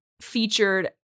featured